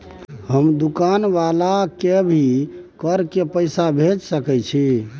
हम दुकान वाला के भी सकय कर के पैसा भेज सके छीयै?